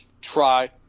try